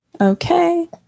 Okay